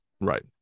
Right